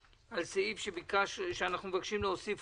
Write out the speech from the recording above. על סדר היום תקנות הפיקוח על שירותים פיננסים